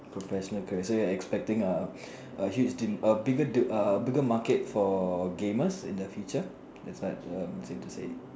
professional career so you're expecting a a huge de~ a bigger de~ a bigger market for gamers in the future that's what um safe to say